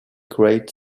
great